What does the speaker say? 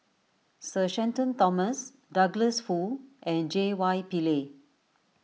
Sir Shenton Thomas Douglas Foo and J Y Pillay